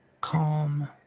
calm